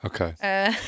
okay